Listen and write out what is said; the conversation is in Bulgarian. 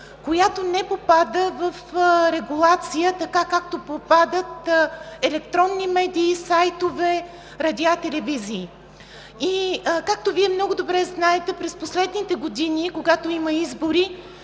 която не попада в регулация така, както попадат електронните медии, сайтовете, радиата, телевизиите. Вие много добре знаете, че през последните години, когато има избори,